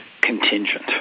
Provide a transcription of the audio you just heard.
contingent